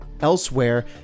elsewhere